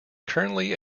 currently